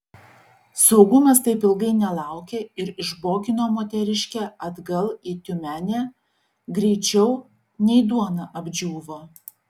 saugumas taip ilgai nelaukė ir išbogino moteriškę atgal į tiumenę greičiau nei duona apdžiūvo